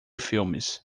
filmes